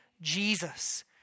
Jesus